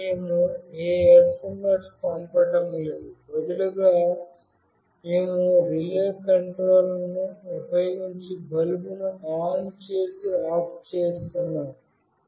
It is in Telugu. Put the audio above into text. అక్కడ మేము ఏ SMS పంపడం లేదు బదులుగా మేము రిలే కంట్రోల్ ను ఉపయోగించి బల్బును ఆన్ చేసి ఆఫ్ చేస్తున్నాము